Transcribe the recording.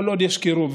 כל עוד יש קירוב,